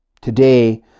Today